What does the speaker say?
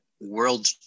world